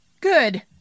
Good